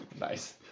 Nice